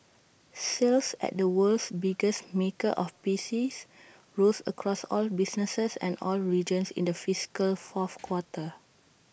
sales at the world's biggest maker of P Cs rose across all businesses and all regions in the fiscal fourth quarter